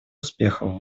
успехов